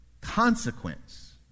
consequence